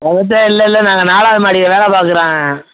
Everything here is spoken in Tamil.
இல்லைல்ல நாங்கள் நாலாவது மாடியில் வேலை பார்க்குறோம்